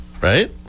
right